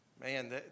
man